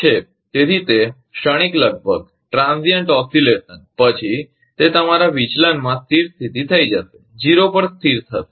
તેથી તે ક્ષણિક ક્ષણભંગટ્રાંઝીઇંટ ઓસીલેસન પછી તે તમારા વિચલનમાં સ્થિર થઈ જશે 0 પર સ્થિર થશે